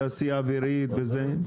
תעשייה אווירית וזה?